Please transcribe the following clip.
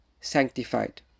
sanctified